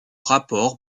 rapport